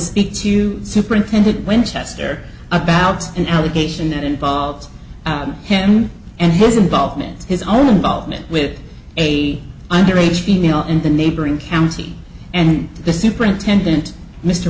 speak to superintendent winchester about an allegation that involves him and his involvement his own involvement with a under age female in the neighboring county and the superintendent mr